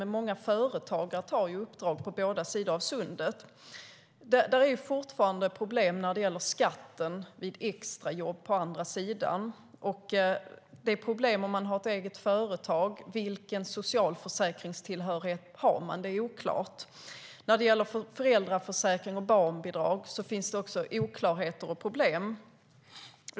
Och många företagare tar uppdrag på båda sidor av sundet. Det är fortfarande problem när det gäller skatten vid extrajobb på andra sidan, och det är problem om man har ett eget företag. Vilken socialförsäkringstillhörighet har man? Det är oklart. När det gäller föräldraförsäkring och barnbidrag finns det också oklarheter och problem.